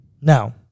Now